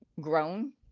grown